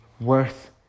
worth